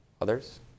Others